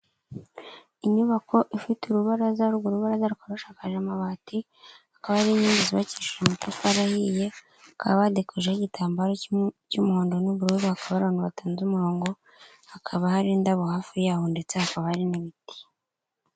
Inyubako ifite urubaraza, urwo rubaza rukaba rushakaje amabati, hakaba hariho n'inkingi zubakishije amatafari ahiye, hakaba hadekojeho igitambaro cy'umuhondo n'ubururu hakaba hari abantu batonze umurongo, hakaba hari indabo hafi yaho, ndetse hakaba hari n'ibiti.